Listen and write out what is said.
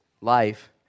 life